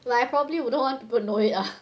like I probably wouldn't want to go and know it lah